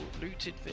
looted